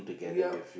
yup